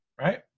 Right